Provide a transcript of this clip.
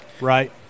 right